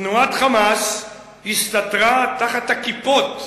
"תנועת 'חמאס' הסתתרה תחת הכיפות"